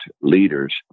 leaders